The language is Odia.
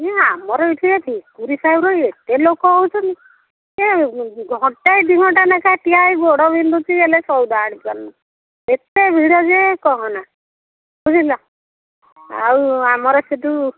ଆମର ଏଠି ଠିକୁରି ସାହୁର ଏତେ ଲୋକ ହେଉଛନ୍ତି ଘଣ୍ଟା ଦି ଘଣ୍ଟା ନେଖାଏଁ ଠିଆ ହେଇ ଗୋଡ଼ ବିନ୍ଧୁଛି ହେଲେ ସଉଦା ଆଣିପାରୁନୁ ଏତେ ଭିଡ଼ ଯେ କହ ନା ବୁଝିଲ ଆଉ ଆମର ସେଠୁ